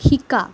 শিকা